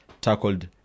tackled